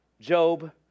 Job